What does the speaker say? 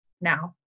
now